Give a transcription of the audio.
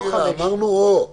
ואז 5 זאת רשימה מוגדרת של מקומות.